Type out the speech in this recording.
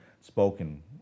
spoken